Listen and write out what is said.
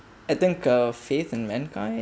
I think a faith in mankind